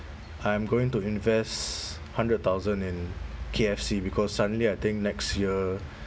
I am going to invest hundred thousand in K_F_C because suddenly I think next year